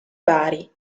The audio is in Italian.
bari